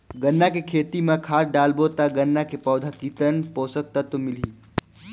गन्ना के खेती मां खाद डालबो ता गन्ना के पौधा कितन पोषक तत्व मिलही?